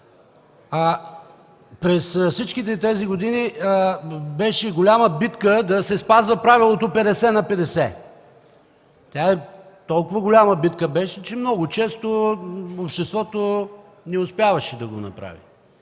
През всички тези години беше голяма битка да се спазва правилото „50 на 50”. Толкова голяма битка беше, че много често обществото не успяваше да го направи.